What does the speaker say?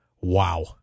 Wow